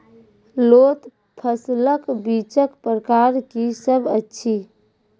लोत फसलक बीजक प्रकार की सब अछि?